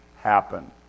happen